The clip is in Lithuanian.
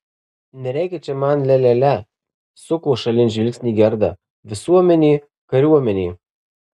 nereikia čia man lia lia lia suko šalin žvilgsnį gerda visuomenė kariuomenė